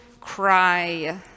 cry